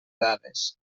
dades